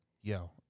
yo